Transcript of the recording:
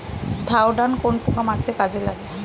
Thiodan কোন পোকা মারতে কাজে লাগে?